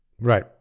Right